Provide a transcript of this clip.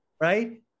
right